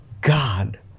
God